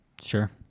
Sure